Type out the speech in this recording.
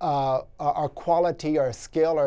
are quality or skill or